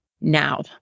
now